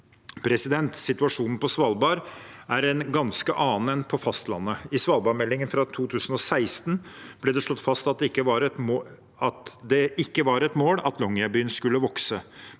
blir. Situasjonen på Svalbard er en ganske annen enn på fastlandet. I svalbardmeldingen fra 2016 ble det slått fast at det ikke var et mål at Longyearbyen skulle vokse.